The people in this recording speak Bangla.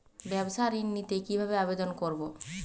ব্যাবসা ঋণ নিতে কিভাবে আবেদন করব?